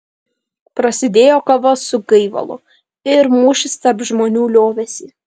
prasidėjo kova su gaivalu ir mūšis tarp žmonių liovėsi